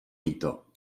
líto